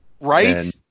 Right